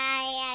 Bye